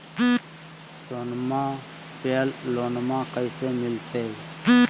सोनमा पे लोनमा कैसे मिलते?